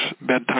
bedtime